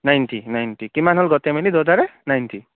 ninety ninety কিমান হ'ল গোটেই মিলি দুটাৰে নাইণ্টি